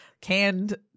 canned